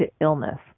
illness